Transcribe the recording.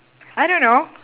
I don't know